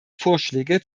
vorschläge